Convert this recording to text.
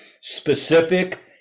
specific